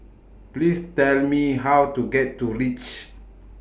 Please Tell Me How to get to REACH